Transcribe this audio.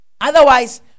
Otherwise